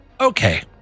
Okay